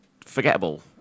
forgettable